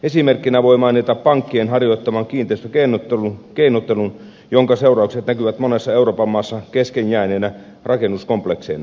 esimerkkinä voi mainita pankkien harjoittaman kiinteistökeinottelun jonka seuraukset näkyvät monessa euroopan maassa kesken jääneinä rakennuskomplekseina